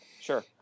Sure